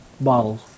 bottles